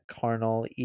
Carnal